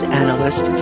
analyst